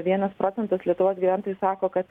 vienas procentas lietuvos gyventojų sako kad